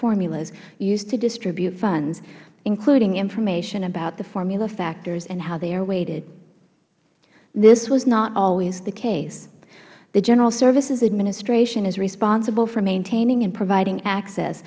formulas used to distribute funds including information about the formula factors and how they are weighted this was not always the case the general services administration is responsible for maintaining and providing access